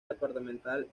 departamental